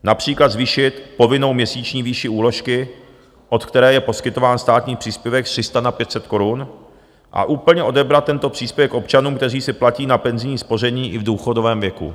Například zvýšit povinnou měsíční výši úložky, od které je poskytován státní příspěvek, z 300 na 500 korun a úplně odebrat tento příspěvek občanům, kteří si platí na penzijní spoření i v důchodovém věku.